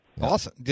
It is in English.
Awesome